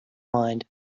mind